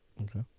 Okay